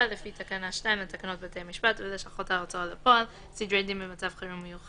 לגבי הצורך בהסדרים האמורים גם